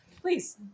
please